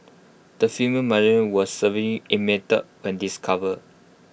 the female was severely emaciated when discovered